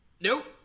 Nope